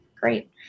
Great